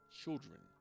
children